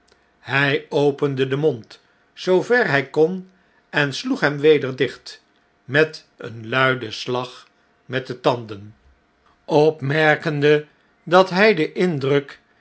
hjj opende den mond zoover hy kon en sloeg hem weder dicht met een luiden slag met de tanden opmerkende dat hg den indruk